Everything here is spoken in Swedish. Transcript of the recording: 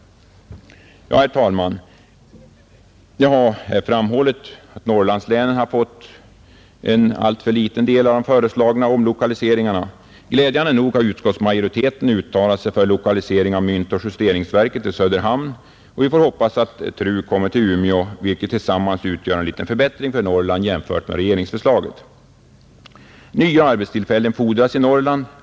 Herr talman! Jag har här framhållit att Norrlandslänen har fått en alltför liten andel av de föreslagna omlokaliseringarna, Glädjande nog har utskottsmajoriteten uttalat sig för lokalisering av myntoch justeringsverket till Söderhamn, och vi får hoppas att TRU kommer till Umeå, vilket tillsammans utgör åtminstone en liten förbättring för Norrland i jämförelse med regeringsförslaget. Nya arbetstillfällen fordras i Norrland.